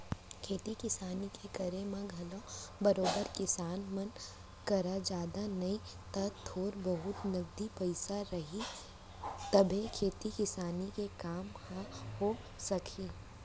खेती किसानी के करे म घलौ बरोबर किसान मन करा जादा नई त थोर बहुत नगदी पइसा रही तभे खेती किसानी के काम ह हो सकही